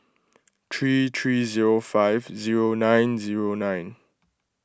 three three zero five zero nine zero nine